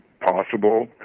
possible